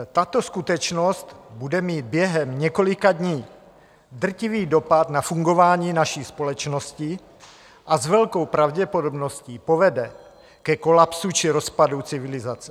Tato skutečnost bude mít během několika dní drtivý dopad na fungování naší společnosti a s velkou pravděpodobností povede ke kolapsu či rozpadu civilizace.